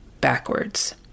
backwards